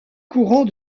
courant